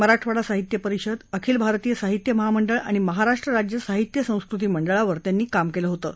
मराठवाडा साहित्य परिषद अखिल भारतीय साहित्य महामंडळ आणि महाराष्ट्र राज्य साहित्य संस्कृती मंडळावर त्यांनी काम केलं होतं